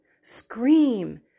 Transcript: scream